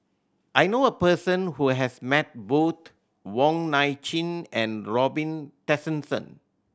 I know a person who has met both Wong Nai Chin and Robin Tessensohn